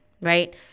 right